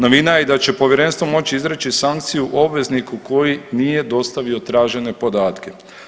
Novina je da će povjerenstvo moći izreći sankciju obvezniku koji nije dostavio tražene podatke.